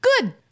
good